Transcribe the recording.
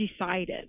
decided